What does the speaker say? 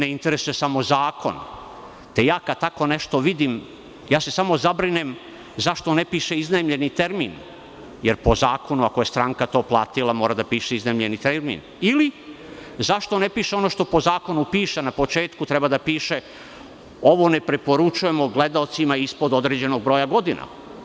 Interesuje me samo zakon, te ja kada tako nešto vidim, samo se zabrinem zašto ne piše – iznajmljeni termin, jer po zakonu, ako je stranka to platila, mora da piše iznajmljeni termin ili zašto ne piše ono što po zakonu piše da na početku treba da piše – ovo ne preporučujemo gledaocima ispod određenog broja godina.